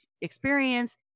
experience